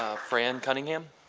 ah fran cunningham.